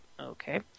Okay